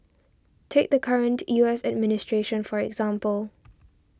take the current U S administration for example